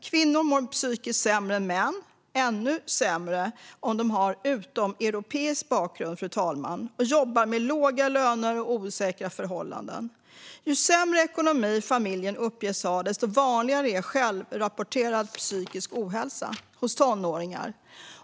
Kvinnor mår psykiskt sämre än män, ännu sämre om de har utomeuropeisk bakgrund och jobbar med låga löner och osäkra förhållanden. Ju sämre ekonomi familjen uppges ha, desto vanligare är självrapporterad psykisk ohälsa hos tonåringar.